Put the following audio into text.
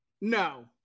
No